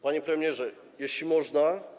Panie premierze, jeśli można.